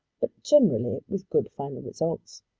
but generally with good final results.